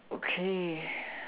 okay